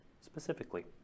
specifically